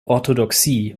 orthodoxie